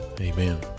Amen